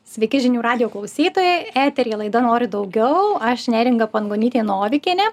sveiki žinių radijo klausytojai eteryje laida noriu daugiau aš neringa pangonytė novikienė